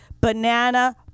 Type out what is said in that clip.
banana